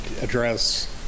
address